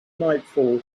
nightfall